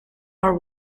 our